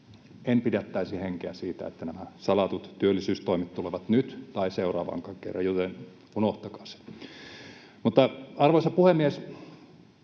en pidättäisi henkeä siitä, että nämä salatut työllisyystoimet tulevat nyt tai seuraavankaan kerran, joten unohtakaa se. Mutta, arvoisa puhemies!